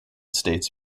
states